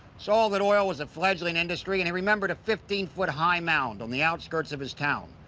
saw that oil was a fledgling industry and he remembered a fifteen foot high mound on the outskirts of his town.